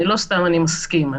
לא סתם אני מסכים,